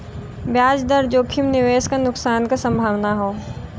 ब्याज दर जोखिम निवेश क नुकसान क संभावना हौ